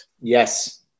Yes